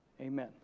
amen